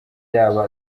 yaba